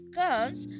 comes